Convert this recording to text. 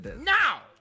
Now